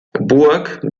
burg